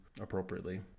appropriately